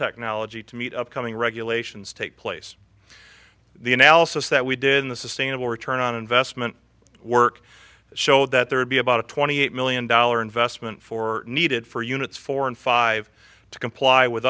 technology to meet upcoming regulations take place the analysis that we did in the sustainable return on investment work showed that there would be about a twenty eight million dollar investment for needed for units four and five to comply with